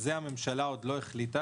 על זה הממשלה עוד לא החליטה,